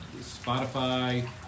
Spotify